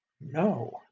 no